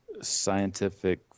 scientific